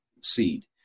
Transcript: seed